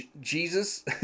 Jesus